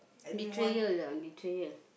betrayers lah betrayer